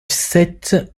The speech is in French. sept